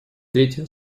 третий